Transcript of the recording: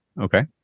Okay